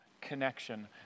connection